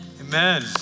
Amen